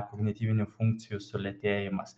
kognityvių funkcijų sulėtėjimas